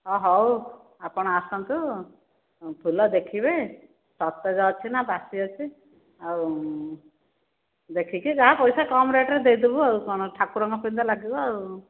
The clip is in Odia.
ଅ ହେଉ ଆପଣ ଆସନ୍ତୁ ଫୁଲ ଦେଖିବେ ସତେଜ ଅଛି ନା ବାସି ଅଛି ଆଉ ଦେଖିକି ଯାହା ପଇସା କମ୍ ରେଟ୍ ରେ ଦେଇଦେବୁ ଆଉ କଣ ଠାକୁରଙ୍କ ପାଇଁ ତ ଲାଗିବ ଆଉ